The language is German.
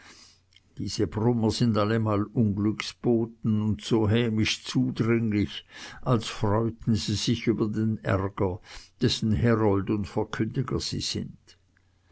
diese brummer sind allemal unglücksboten und so hämisch zudringlich als freuten sie sich über den ärger dessen herold und verkündiger sie sind